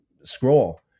scroll